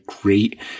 great